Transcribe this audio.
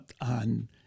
on